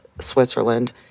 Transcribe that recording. Switzerland